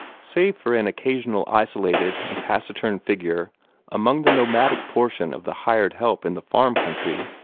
save for an occasional isolated and taciturn figure among the nomadic portion of the hired help in the farm country,